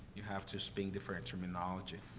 you have to speak different terminology.